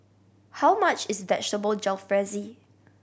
how much is Vegetable Jalfrezi